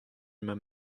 emañ